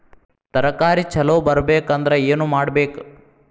ತರಕಾರಿ ಛಲೋ ಬರ್ಬೆಕ್ ಅಂದ್ರ್ ಏನು ಮಾಡ್ಬೇಕ್?